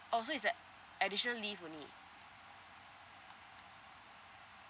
oh so is a additional leave only